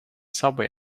subway